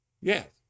Yes